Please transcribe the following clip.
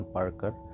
Parker